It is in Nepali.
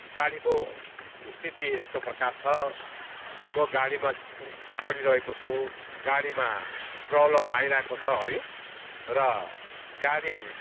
गाडीको स्थिति यस्तो प्रकार छ म गाडीमा चडिरहेको छु गाडीमा प्रबलम आइरहेको छ हगि र गाडी